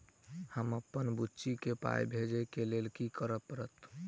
हमरा अप्पन बुची केँ पाई भेजइ केँ लेल की करऽ पड़त?